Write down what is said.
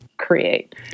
create